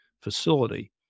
facility